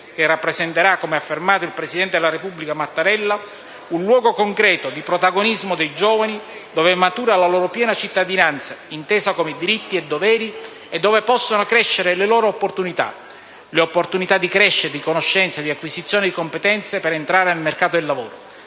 che rappresenterà, come ha affermato il presidente della Repubblica Mattarella, «un luogo concreto di protagonismo dei giovani (...) dove matura la loro piena cittadinanza, intesa come diritti e doveri, e dove possano crescere le loro opportunità». Si parla di opportunità di crescita, di conoscenza, di acquisizione di competenze per entrare nel mercato del lavoro.